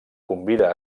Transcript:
convida